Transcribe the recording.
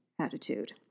attitude